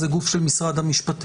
זה גוף של משרד המשפטים,